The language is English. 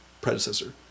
predecessor